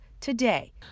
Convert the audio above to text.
today